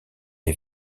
les